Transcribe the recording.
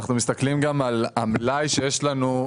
כשאנחנו מסתכלים גם על המלאי שיש לנו,